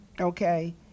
okay